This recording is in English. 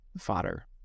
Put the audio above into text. fodder